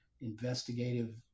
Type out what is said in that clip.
investigative